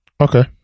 okay